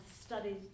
studies